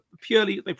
purely